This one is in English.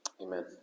Amen